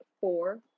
four